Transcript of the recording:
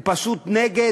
הוא פשוט נגד.